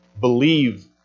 believe